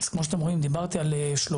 אז, כמו שאתם רואים, דיברתי על שלושה.